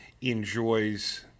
enjoys